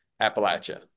Appalachia